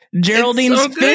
geraldine's